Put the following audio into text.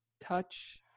touch